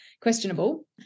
questionable